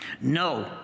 No